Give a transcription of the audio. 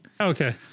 Okay